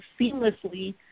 seamlessly